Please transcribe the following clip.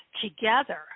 together